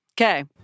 Okay